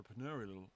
entrepreneurial